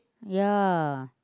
yeah